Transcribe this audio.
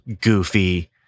goofy